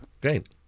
Great